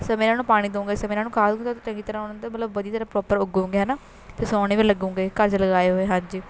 ਇਸ ਸਮੇਂ ਉਹਨਾਂ ਨੂੰ ਪਾਣੀ ਦੂਂਗੇ ਇਸ ਸਮੇਂ ਉਹਨਾਂ ਨੁੰ ਖਾਦ ਦੂਂਗੇ ਚੰਗੀ ਤਰਾਂ ਉਹਨਾਂ ਦਾ ਮਤਲਬ ਵਧੀ ਤਰਾਂ ਪ੍ਰੋਪਰ ਉੱਗੂਂਗੇ ਹੈ ਨਾ ਅਤੇ ਸੋਣੇ ਵੀ ਲੱਗੂਂਗੇ ਘਰ 'ਚ ਲਗਾਏ ਹੋਏ ਹਾਂਜੀ